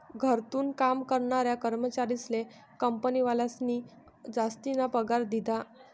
घरथून काम करनारा कर्मचारीस्ले कंपनीवालास्नी जासतीना पगार दिधा